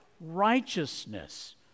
righteousness